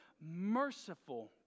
merciful